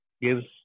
gives